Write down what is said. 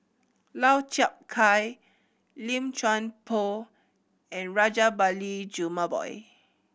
Lau Chiap Khai Lim Chuan Poh and Rajabali Jumabhoy